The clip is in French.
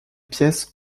pièces